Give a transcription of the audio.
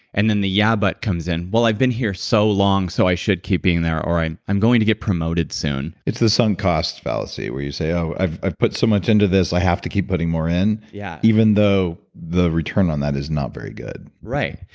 and then the yeah, but comes in. well, i've been here so long so i should keep being there, or i'm i'm going to get promoted soon it's the sunk cost fallacy, where you say, oh, i've i've put so much into this, i have to keep putting more in, yeah even though the return on that is not very good bulletproof